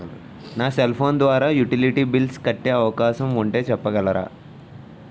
నా cell phone ద్వారా utility bills కట్టే అవకాశం ఉంటే చెప్పగలరా?